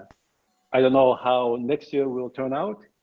i don't know how next year will turn out,